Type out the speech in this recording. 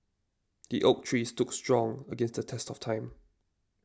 the oak tree stood strong against the test of time